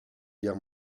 guerre